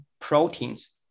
proteins